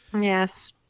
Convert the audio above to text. Yes